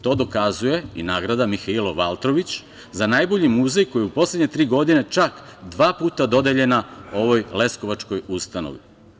To dokazuje i nagrada "Mihailo Valtrović" za najbolji muzej koji u poslednje tri godine čak dva puta dodeljena ovoj leskovačkoj ustanovi.